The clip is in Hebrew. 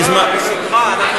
בשמחה, בשמחה.